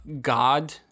god